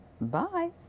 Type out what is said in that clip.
Bye